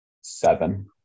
Seven